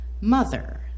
Mother